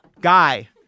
Guy